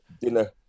Dinner